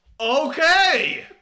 Okay